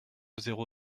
zéro